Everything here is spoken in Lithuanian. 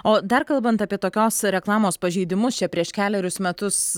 o dar kalbant apie tokios reklamos pažeidimus čia prieš kelerius metus